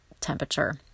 temperature